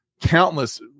countless